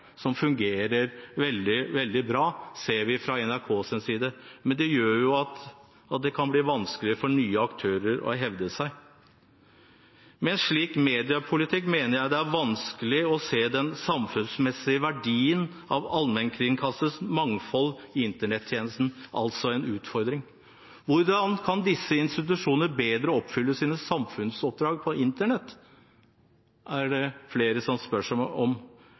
fungerer veldig bra, sett fra NRKs side, men det gjør at det kan bli vanskelig for nye aktører å hevde seg. Med en slik mediepolitikk mener jeg det er vanskelig å se den samfunnsmessige verdien av allmennkringkasters mangfoldige Internett-tjenester – altså en utfordring. Hvordan kan disse institusjonene bedre oppfylle sine samfunnsoppdrag på Internett, er det flere